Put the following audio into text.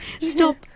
Stop